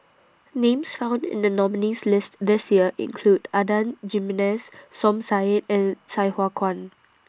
Names found in The nominees' list This Year include Adan Jimenez Som Said and Sai Hua Kuan